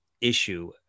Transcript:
issue